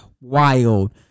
wild